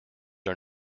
are